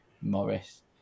Morris